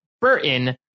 Burton